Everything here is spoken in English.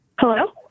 Hello